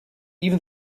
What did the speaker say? even